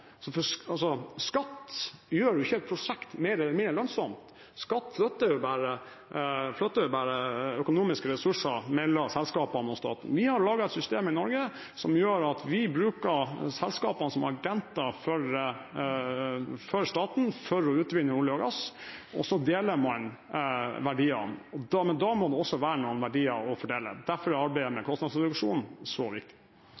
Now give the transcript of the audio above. ikke et prosjekt mer eller mindre lønnsomt. Skatt flytter bare økonomiske ressurser mellom selskapene og staten. Vi har laget et system i Norge som gjør at vi bruker selskapene som agenter for staten for å utvinne olje og gass, og så deler man verdiene. Men da man også verne om verdiene som skal fordeles. Derfor er arbeidet med